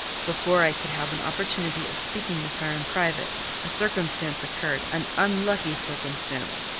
before i could have an opportunity of speaking with her in private a circumstance occurred an unlucky circumstance,